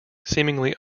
seemingly